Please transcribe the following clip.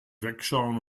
wegschauen